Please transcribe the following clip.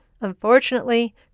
Unfortunately